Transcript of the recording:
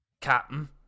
Captain